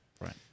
Right